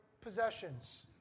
possessions